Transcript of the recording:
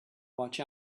watch